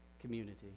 community